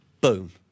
Boom